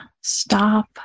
stop